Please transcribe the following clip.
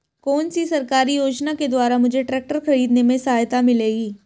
कौनसी सरकारी योजना के द्वारा मुझे ट्रैक्टर खरीदने में सहायता मिलेगी?